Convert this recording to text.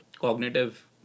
cognitive